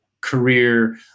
career